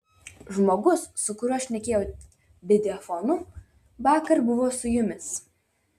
žmogus su kuriuo šnekėjau videofonu vakar buvo su jumis